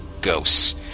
Ghosts